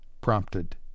prompted